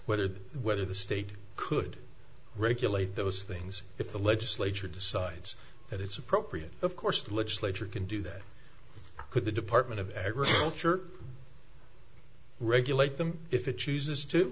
whether the whether the state could regulate those things if the legislature decides that it's appropriate of course the legislature can do that could the department of agriculture regulate them if it chooses to